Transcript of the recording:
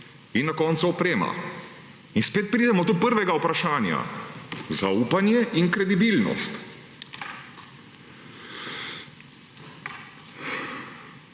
in na koncu oprema. In spet pridemo do prvega vprašanja – zaupanje in kredibilnost.